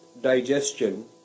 digestion